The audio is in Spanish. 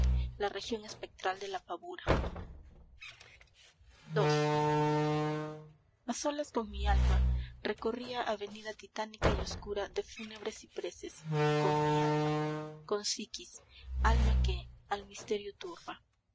la región espectral de la pavura ii a solas con mi alma recorría avenida titánica y oscura de fúnebres cipreses con mi alma con psiquis alma que al misterio turba